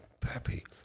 pappy